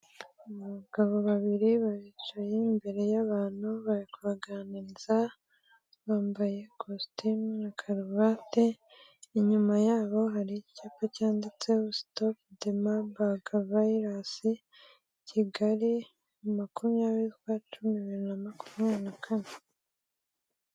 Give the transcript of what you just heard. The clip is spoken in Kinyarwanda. Abagabo babiri bicaye imbere y'abantu bari kubaganiriza, bambaye ikositimu na karuvati. Inyuma yabo hari icyapa cyanditse stoke demambega virusi kigali makumyabiri z'ucumi bibiri na makumyabiri na kane.